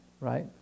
Right